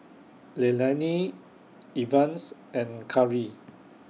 Leilani Evans and Khari